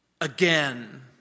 again